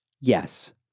Yes